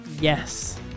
Yes